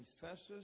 confesses